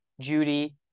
Judy